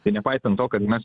tai nepaisant to kad mes